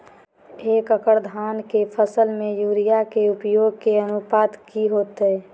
एक एकड़ धान के फसल में यूरिया के उपयोग के अनुपात की होतय?